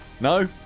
No